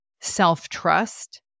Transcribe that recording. self-trust